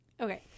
Okay